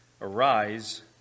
arise